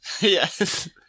Yes